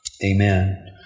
Amen